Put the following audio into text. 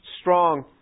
strong